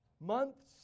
months